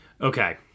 Okay